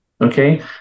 Okay